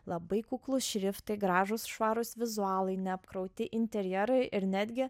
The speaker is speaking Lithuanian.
labai kuklus šriftai gražūs švarūs vizualiai neapkrauti interjerai ir netgi